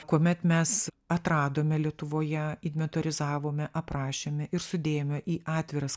kuomet mes atradome lietuvoje inventorizavome aprašėme ir sudėjome į atviras